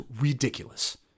ridiculous